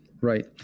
right